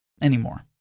anymore